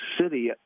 city